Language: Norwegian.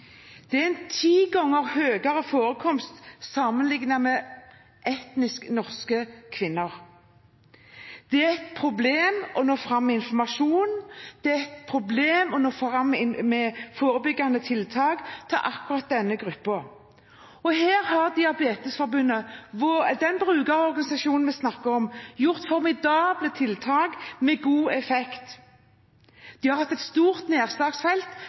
Det er en ti ganger høyere forekomst enn for etnisk norske kvinner. Det er et problem å nå fram med informasjon, og det er et problem å nå fram med forebyggende tiltak til akkurat denne gruppen. Her har Diabetesforbundet – den brukerorganisasjonen vi snakker om – gjort formidable tiltak med god effekt. De har hatt et stort nedslagsfelt,